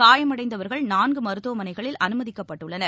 காயமடைந்தவர்கள் நான்குமருத்துவமனைகளில் அனுமதிக்கப்பட்டுள்ளனர்